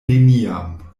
neniam